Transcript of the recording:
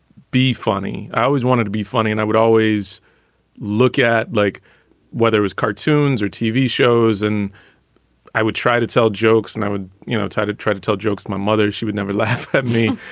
be funny. i always wanted to be funny. and i would always look at like whether it was cartoons or tv shows. and i would try to tell jokes and i would you know try to try to tell jokes. my mother, she would never laugh at me.